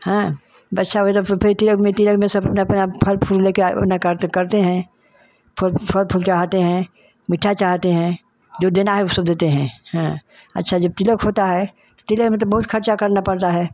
हाँ बर्सा हो गई त फिर तिलक में तिलक में सब अपना अपना फल फूल ले के ओना करते हैं फूल फल फूल चढ़ाते हैं मीठा चढ़ाते हैं जो देना है उ सब देते हैं हाँ अच्छा जब तिलक होता है तो तिलक में त बहुत खर्चा करना पड़ता है